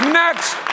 next